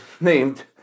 named